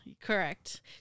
correct